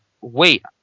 Wait